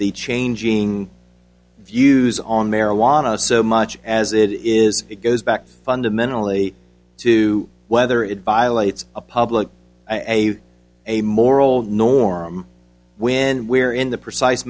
the changing views on marijuana so much as it is it goes back fundamentally to whether it violates a public and a a moral norm when we're in the precise